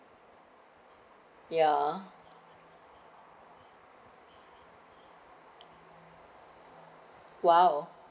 ya !whoa!